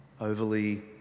overly